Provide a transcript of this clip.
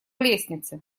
лестнице